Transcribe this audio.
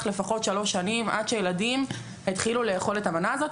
לפחות שלוש שנים עד שילדים התחילו לאכול את המנה הזאת,